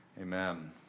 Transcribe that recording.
Amen